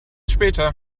später